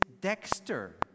dexter